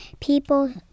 people